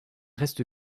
reste